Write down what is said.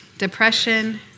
depression